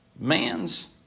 man's